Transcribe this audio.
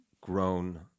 grown